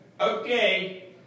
Okay